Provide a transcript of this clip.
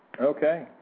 Okay